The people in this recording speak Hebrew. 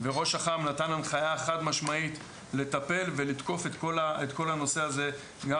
וראש אח"ם נתן הנחיה חד-משמעית לטפל ולתקוף את כל הנושא הזה גם